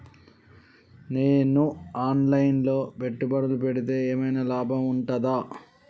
నేను online లో పెట్టుబడులు పెడితే ఏమైనా లాభం ఉంటదా?